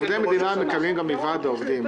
עובדי מדינה מקבלים גם מוועד העובדים.